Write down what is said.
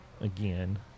again